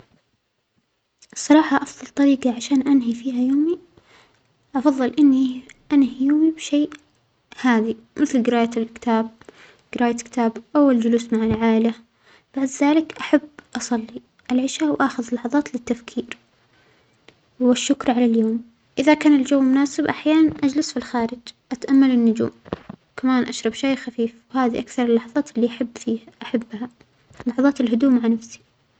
الصراحة أفظل طريجة عشان أنهى فيها يومى أفظل إنى أنهى يومى بشيء هادىء، مثل جراءة الكتاب جرائه كتاب أو الجلوس مع العائلة، بعد ذلك أحب أصلى العشاء وأخذ لحظات للتفكير والشكر على اليوم، إذا كان الجو مناسب أحيانا أجلس في الخارج اتأمل النجوم وكمان أشرب شىء خفيف، وهذه أكثر اللحظات اللى أحب فيها أحبها، لحظات الهدوء مع نفسي.